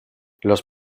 los